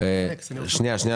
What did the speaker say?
נציגת